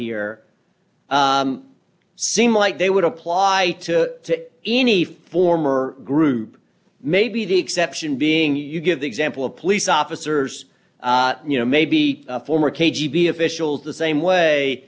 here seem like they would apply to any former group maybe the exception being you give the example of police officers you know maybe former k g b officials the same way